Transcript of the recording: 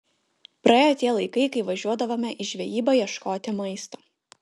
praėjo tie laikai kai važiuodavome į žvejybą ieškoti maisto